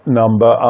number